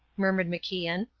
murmured macian.